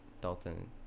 Dalton